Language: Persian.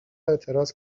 اعتراض